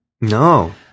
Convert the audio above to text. No